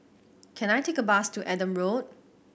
can I take a bus to Adam Road